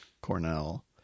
Cornell